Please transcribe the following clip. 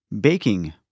Baking